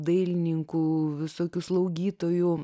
dailininkų visokių slaugytojų